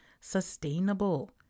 sustainable